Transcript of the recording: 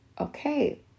Okay